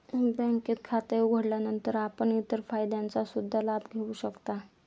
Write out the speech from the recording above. बँकेत खाते उघडल्यानंतर आपण इतर फायद्यांचा सुद्धा लाभ घेऊ शकता